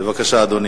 בבקשה, אדוני.